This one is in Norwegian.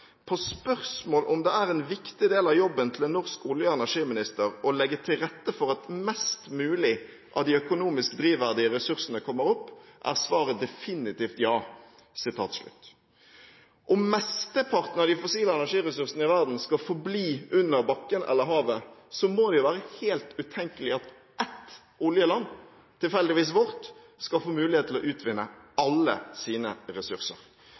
om det er en viktig del av jobben til en norsk olje- og energiminister å legge til rette for at mest mulig av de økonomisk drivverdige ressursene kommer opp, er svaret definitivt ja.» Om mesteparten av de fossile energiressursene i verden skal forbli under bakken eller havet, må det være helt utenkelig at ett oljeland – tilfeldigvis vårt – skal få mulighet til å utvinne alle sine ressurser.